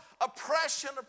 oppression